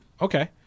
Okay